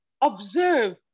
observe